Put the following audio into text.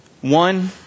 One